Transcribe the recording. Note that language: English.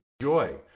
joy